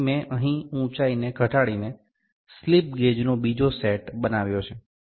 તેથી મેં અહીં ઉંચાઇ ને ઘટાડીને સ્લિપ ગેજનો બીજો સેટ બનાવ્યો છે